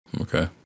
Okay